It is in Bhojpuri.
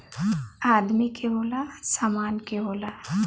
आदमी के होला, सामान के होला